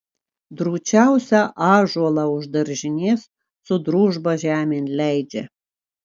drūčiausią ąžuolą už daržinės su družba žemėn leidžia